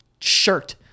shirt